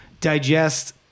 digest